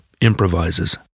improvises